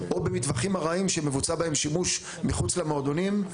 או במטווחים ארעיים שמבוצע בהם שימוש מחוץ למועדונים.